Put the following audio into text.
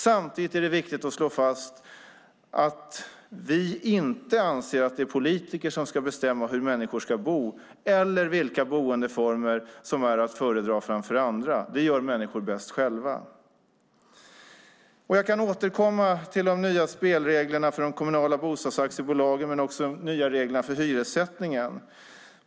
Samtidigt är det viktigt att slå fast att vi inte anser att det är politiker som ska bestämma hur människor ska bo eller vilka boendeformer som är att föredra framför andra. Det gör människor bäst själva. Jag kan återkomma till de nya spelreglerna för kommunala bostadsaktiebolagen men också de nya reglerna för hyressättningen.